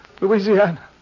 Louisiana